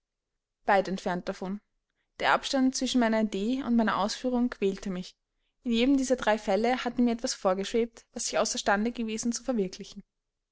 weit entfernt davon der abstand zwischen meiner idee und meiner ausführung quälte mich in jedem dieser drei fälle hatte mir etwas vorgeschwebt was ich außer stande gewesen zu verwirklichen